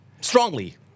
strongly